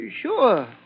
Sure